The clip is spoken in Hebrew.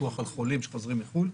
פיקוח על חולים שחוזרים מחו"ל.